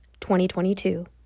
2022